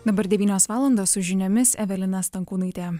dabar devynios valandos su žiniomis evelina stankūnaitė